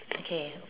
okay